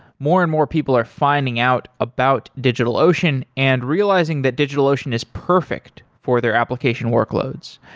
more and more people are finding out about digitalocean and realizing that digitalocean is perfect for their application workloads.